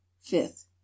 fifth